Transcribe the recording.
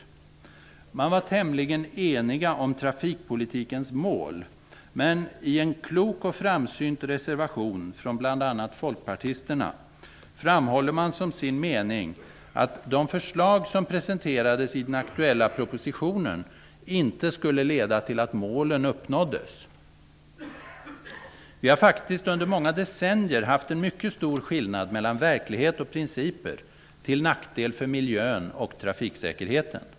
Utskottet var tämligen enigt om trafikpolitikens mål, men i en klok och framsynt reservation från bl.a. folkpartisterna framhåller man som sin mening att de förslag som presenterades i den aktuella propositionen inte skulle leda till att målen uppnåddes. Vi har faktiskt under många decennier haft en mycket stor skillnad mellan verklighet och principer till nackdel för miljön och trafiksäkerheten.